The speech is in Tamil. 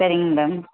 சரிங்க மேடம்